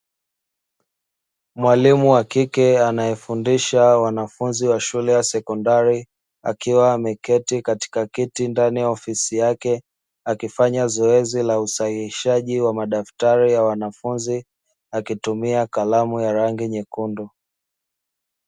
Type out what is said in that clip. Mwalimu wa kike anayefundisha wanafunzi wa shule ya sekondari, akiwa ameketi katika kiti ndani ya ofisi yake, akifanya zoezi la usaihishaji wa madaftari ya wanafunzi, akitumia kalamu ya rangi nyekundu.